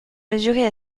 mesurait